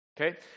okay